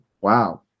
wow